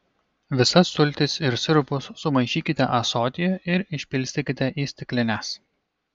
visas sultis ir sirupus sumaišykite ąsotyje ir išpilstykite į stiklines